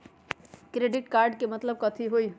Credit card के मतलब कथी होई?